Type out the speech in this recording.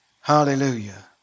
Hallelujah